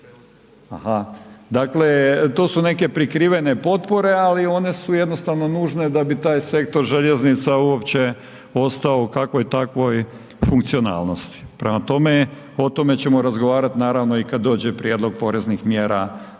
Aha, dakle, to su neke prikrivene potpore ali one su jednostavno nužne da bi taj sektor željeznica uopće ostao u kakvoj takvoj funkcionalnosti. Prema tome, o tome ćemo razgovarati naravno i kad dođe prijedlog poreznih mjera na